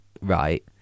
right